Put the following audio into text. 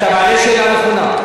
אתה מעלה שאלה נכונה.